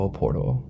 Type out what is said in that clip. portal